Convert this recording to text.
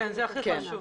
כן, זה הכי חשוב.